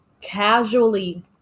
casually –